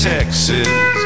Texas